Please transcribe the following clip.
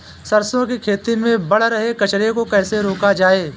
सरसों की खेती में बढ़ रहे कचरे को कैसे रोका जाए?